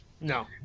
no